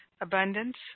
abundance